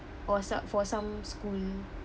or so~ for some school